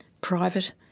private